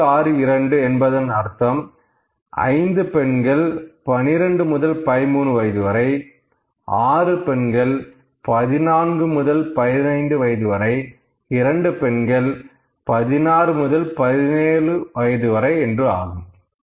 5 6 2 என்பதன் அர்த்தம் 5 பெண்கள் 12 முதல் 13 வயது வரை 6 பெண்கள் 14 முதல் 15 வயது வரை 2 பெண்கள் 16 முதல் 17 வயது வரை என்று ஆகும்